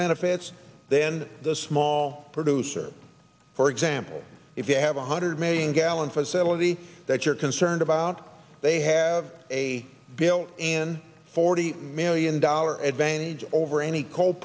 benefits then the small producer for example if you have one hundred million gallons facility that you're concerned about they have a built in forty million dollar advantage over any co